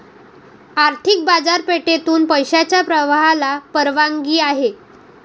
आर्थिक बाजारपेठेतून पैशाच्या प्रवाहाला परवानगी आहे